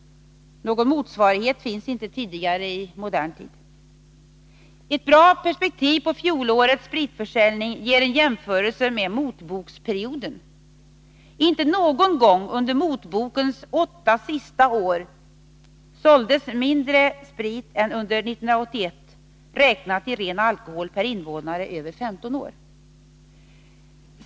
Någon motsvarighet finns inte i modern tid. Ett bra perspektiv på fjolårets spritförsäljning ger en jämförelse med motboksperioden. Inte någon gång under motbokens åtta sista år såldes mindre sprit än under 1981 räknat i ren alkohol per invånare över 15 år.